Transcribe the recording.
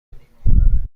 کنید